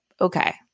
Okay